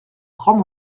grands